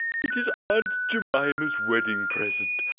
it is aunt jemima's wedding present.